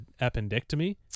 appendectomy